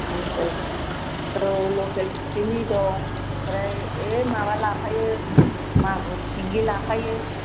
औ लकेल फुख्रिनि दं ओमफ्राय ए माबा लाफायो मागुर सिंगि लाफायो